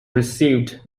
received